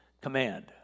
Command